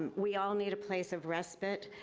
we all need a place of respite.